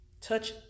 Touch